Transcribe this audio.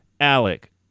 Alec